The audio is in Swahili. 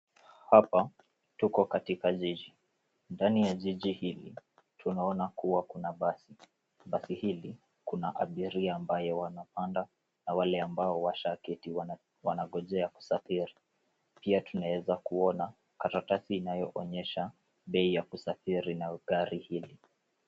Hapa tuko katika jiji. Ndani ya jiji hili tunaona kuwa kuna basi. Basi hili, kuna abiria ambao wanapanda na wale ambao washaaketi wanangojea kusafiri. Pia tunaweza kuona karatasi inayoonyesha bei ya kusafiri ya gari hili.